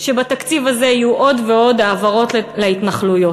שבתקציב הזה יהיו עוד ועוד העברות להתנחלויות.